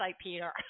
Peter